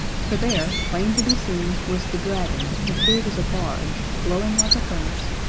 for there, plain to be seen, was the dragon, as big as a barge, glowing like a furnace,